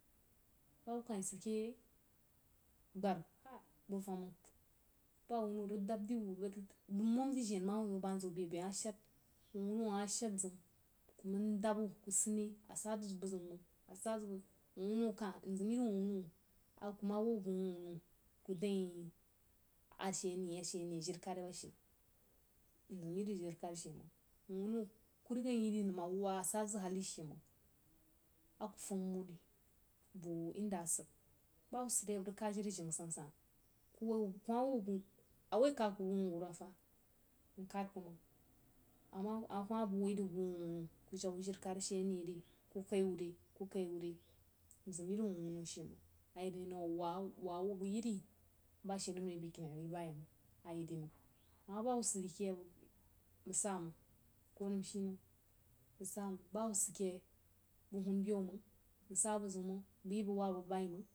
Bshubba kah yi sid keh yei bgaar hai bəg fəm məng bah wunno rig dab wu bəg momjen wuio bəg band zəg wuh bai-bai ama shaad, wah wunno amah maan zeun ku maan dab wuh nsidre a sa zəg bəg ziu məng, n sa zəg bəg ziu wuh-wunno kah mzim iri wuh-wunno n kuh ma woī wuh bəg wuh wunno ku dəng wuio a she ane ashe ane jinkad bashe mzím iri jinkad she məng, wuh wunno ku riga a myi rig nəno a wah a sa zəg hali she məng aku fam wu ri boo, inda asid bahubba sid yeo mrig kad jin ajangha san-san, ku woi wub kuma woi wuh bəg a wei, kah ku bəg wuh-wurwa fah nkad ku məng a ma ku ma bai woī dī wuh bəg wuh-wunno ku daga jiri kəd a she ane re, ku kai wuh re, ku kai wuh re, mzím iri wuh-wunno she məng a yi denəng a wah, wah bəg iri bashe nəm re bugkini nəm bah yei məng a mah bahubba sid keh yei bəg saməng ko nəm shi nəm, bəg sa məng bahubba sid ke yei bəg huna beyew məng nsn bəg ziu məng bəg yi bəg wah bəg baií malng.